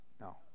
No